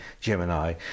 Gemini